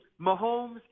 Mahomes